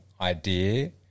idea